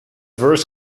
verse